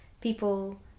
People